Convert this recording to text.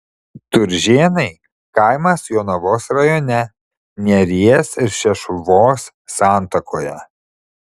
turžėnai kaimas jonavos rajone neries ir šešuvos santakoje